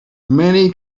many